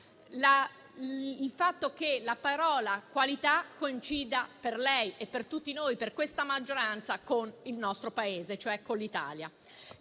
il fatto che la parola "qualità" coincida, per lei e per tutti noi, per questa maggioranza, con il nostro Paese, cioè con l'Italia.